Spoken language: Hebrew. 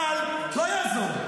אבל לא יעזור,